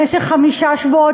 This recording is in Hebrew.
במשך חמישה שבועות,